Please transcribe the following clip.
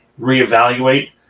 reevaluate